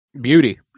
beauty